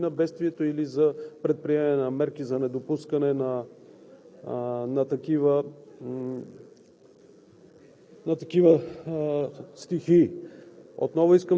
а от това каква е необходимостта и нуждата на хората за преодоляването или на бедствията, или за предприемане на мерки за недопускане на такива